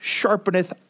sharpeneth